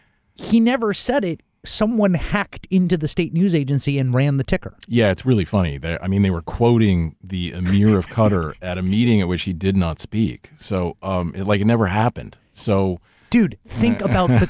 he never said it, someone hacked into the state news agency and ran the ticker. yeah, it's really funny. i mean, they were quoting the amir of qatar at a meeting at which he did not speak. so, um it like never happened. so dude, think about.